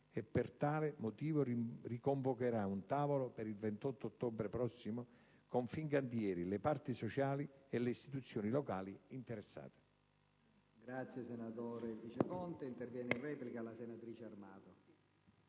e per tale motivo riconvocherà un tavolo per il 28 ottobre prossimo con Fincantieri, le parti sociali e le istituzioni locali interessate.